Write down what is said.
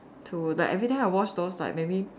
to like every time I watch those like maybe